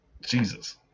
Jesus